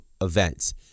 events